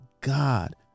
God